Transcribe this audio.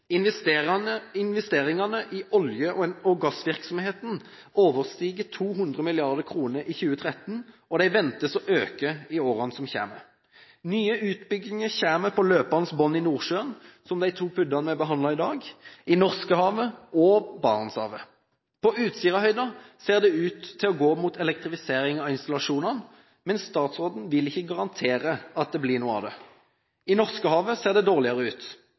Investeringene i olje- og gassvirksomheten overstiger 200 mrd. kr i 2013 og de ventes å øke i årene som kommer. Nye utbygginger kommer på løpende bånd i Nordsjøen – som de to PUD-ene vi behandlet i dag – i Norskehavet og i Barentshavet. På Utsirahøyden ser det ut til å gå mot elektrifisering av installasjonene, men statsråden vil ikke garantere at det blir noe av. I Norskehavet ser det dårlig ut